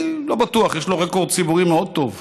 אני לא בטוח, יש לו רקורד ציבורי מאוד טוב.